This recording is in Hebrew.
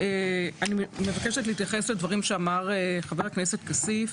אני מבקשת להתייחס לדברים שאמר חבר הכנסת כסיף,